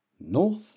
North